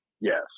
Yes